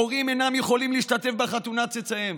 הורים אינם יכולים להשתתף בחתונת צאצאיהם.